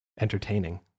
entertaining